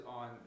on